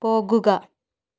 പോകുക